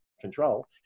control